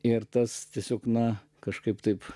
ir tas tiesiog na kažkaip taip